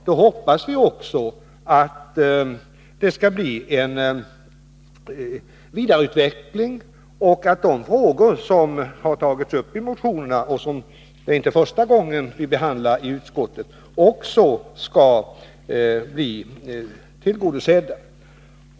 Vi hoppas också att det skall bli en vidareutveckling och att de frågor som har tagits upp i motionerna — det är inte första gången vi behandlar dem i utskottet — skall bli utredda.